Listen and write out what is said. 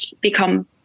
become